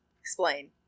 explain